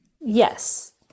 Yes